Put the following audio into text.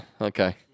okay